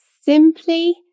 simply